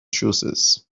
choices